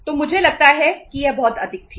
तो मुझे लगता है कि यह बहुत अधिक थी